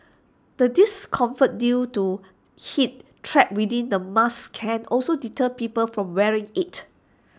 the discomfort due to heat trapped within the mask can also deter people from wearing IT